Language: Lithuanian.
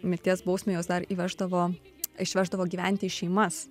mirties bausmę juos dar įveždavo išveždavo gyventi į šeimas